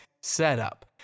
setup